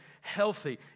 healthy